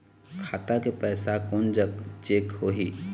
खाता के पैसा कोन जग चेक होही?